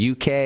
UK